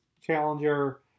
challenger